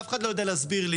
אף אחד לא יודע להסביר לי